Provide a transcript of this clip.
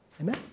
amen